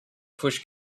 push